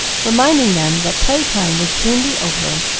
reminding them that playtime would soon be over,